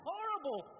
Horrible